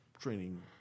training